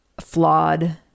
flawed